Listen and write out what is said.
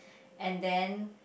and then